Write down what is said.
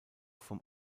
vom